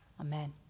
amen